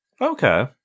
Okay